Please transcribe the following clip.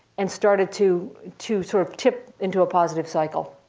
and started to to sort of tip into a positive cycle.